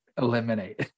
eliminate